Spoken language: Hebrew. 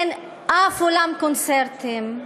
אין אף אולם קונצרטים.